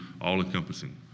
all-encompassing